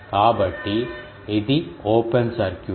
కాబట్టి ఇది open circuit